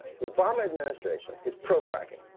the obama administration is pro-fracking.